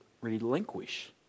relinquish